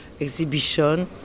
exhibition